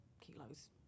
kilos